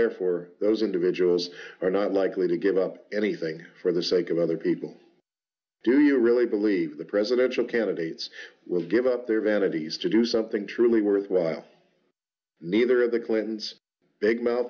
therefore those individuals are not likely to give up anything for the sake of other people do you really believe the presidential candidates will give up their vanities to do something truly worthwhile neither of the clintons big mouth